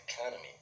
economy